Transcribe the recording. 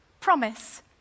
promise